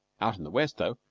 out in the west, though,